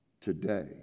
Today